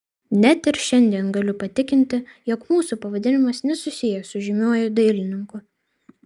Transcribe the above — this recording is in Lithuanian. net ir šiandien galiu patikinti jog mūsų pavadinimas nesusijęs su žymiuoju dailininku